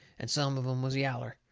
and some of em was yaller.